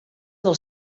del